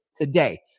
today